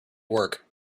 work